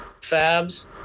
fabs